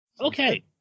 Okay